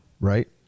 Right